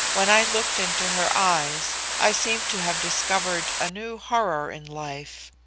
when i looked into her eyes, i seemed to have discovered a new horror in life.